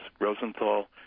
rosenthal